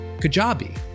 Kajabi